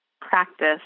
practice